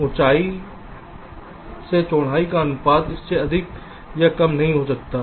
ऊंचाई से चौड़ाई का अनुपात इससे अधिक या कम नहीं हो सकता है